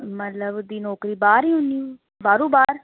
मतलब कि उ'दी नौकरी बाह्र ही होनी बाह्रो बाह्र